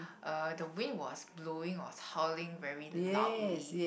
uh the wind was blowing was howling very loudly